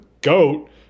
goat